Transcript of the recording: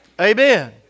amen